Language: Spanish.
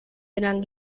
eran